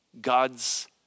God's